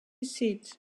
seat